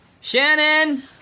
Shannon